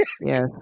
Yes